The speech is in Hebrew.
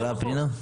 איפה ההקלה, פנינה?